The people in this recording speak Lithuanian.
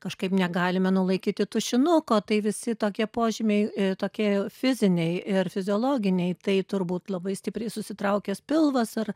kažkaip negalime nulaikyti tušinuko tai visi tokie požymiai tokie fiziniai ir fiziologiniai tai turbūt labai stipriai susitraukęs pilvas ar